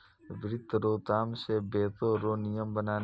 वित्त रो काम छै बैको रो नियम बनाना